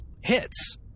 hits